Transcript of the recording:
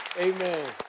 Amen